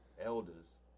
elders